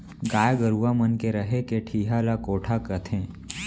गाय गरूवा मन के रहें के ठिहा ल कोठा कथें